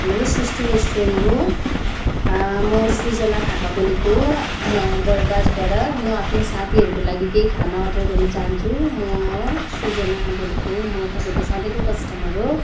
hello sister restaurant हो म सृजना थापा बोलेको हो बरगाछबाट म आफ्नो साथीहरूको लागि केही खाना अर्डर गर्न चाहन्छु म सृजना बोलेको हो म तपाईँको सधैँको कस्टमर हो